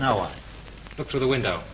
i look through the window